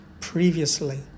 previously